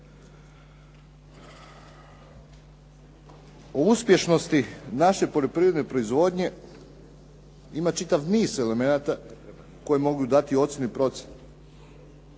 O uspješnosti naše poljoprivredne proizvodnje ima čitav niz elemenata koji mogu dati ocjenu i procjenu.